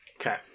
Okay